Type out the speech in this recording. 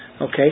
Okay